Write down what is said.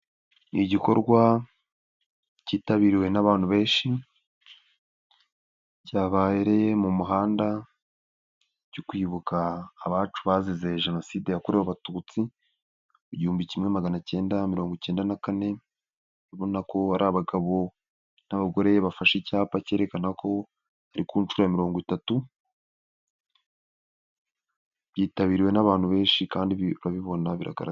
Igikorwa cyitabiriwe n'abantu benshi cyababereye mu muhanda cyo kwibuka abacu bazize jenoside yakorewe Abatutsi, igihumbi kimwe magana cyenda mirongo icyenda na kane, ubona ko hari abagabo n'abagore bafashe icyapa cyerekana ko ari ku nshuro ya mirongo itatu, byitabiriwe n'abantu benshi kandi urabibona biragaragara.